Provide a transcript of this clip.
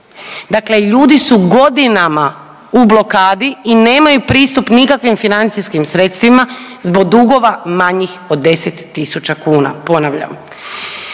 Dakle, ljudi su godinama u blokadi i nemaju pristup nikakvim financijskim sredstvima zbog dugova manjih od 10.000 kuna ponavljam.